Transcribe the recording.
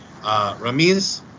ramiz